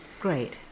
great